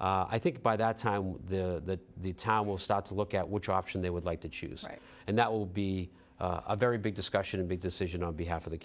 i think by that time the the tower will start to look at which option they would like to choose and that will be a very big discussion a big decision on behalf of the